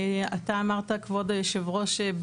אתה אמרת כבוד היושב ראש,